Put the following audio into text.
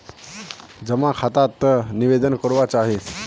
जमा खाता त निवेदन करवा चाहीस?